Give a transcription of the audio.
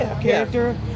character